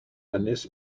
ynys